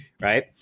right